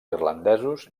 irlandesos